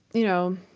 you know,